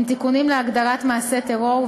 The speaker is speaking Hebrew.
עם תיקונים להגדרת מעשה טרור,